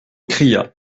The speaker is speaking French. cria